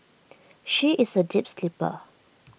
she is A deep sleeper